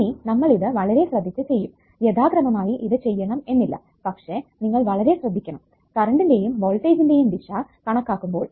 ഇനി നമ്മൾ ഇത് വളരെ ശ്രദ്ധിച്ചു ചെയ്യും യഥാക്രമമായി ഇത് ചെയ്യണം എന്നില്ല പക്ഷെ നിങ്ങൾ വളരെ ശ്രദ്ധിക്കണം കറണ്ടിന്റെയും വോൾട്ടേജിന്റെയും ദിശ കണക്കാക്കുമ്പോൾ